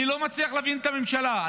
אני לא מצליח להבין את הממשלה.